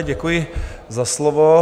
Děkuji za slovo.